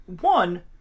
One